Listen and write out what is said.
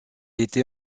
était